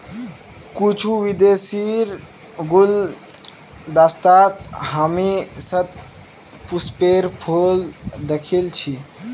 कुछू विदेशीर गुलदस्तात हामी शतपुष्पेर फूल दखिल छि